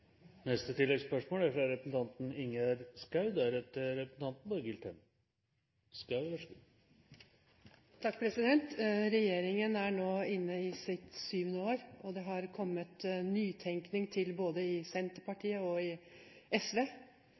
Regjeringen er nå inne i sitt sjuende år, og det har kommet nytenkning til både i Senterpartiet og i SV.